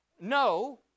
No